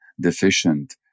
deficient